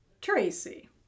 Tracy